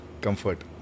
Comfort